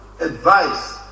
advice